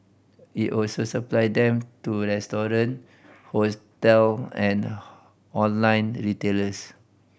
it also supply them to hotel and online retailers